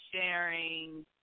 sharing